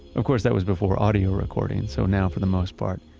of course, that was before audio recording. so now, for the most part,